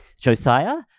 Josiah